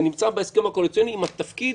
זה נמצא בהסכם הקואליציוני עם התפקיד